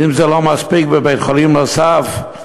ואם זה לא מספיק, בבית-חולים נוסף,